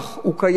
הוא קיים,